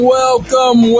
welcome